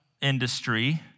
industry